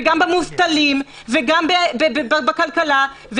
גם במובטלים וגם בכלכלה.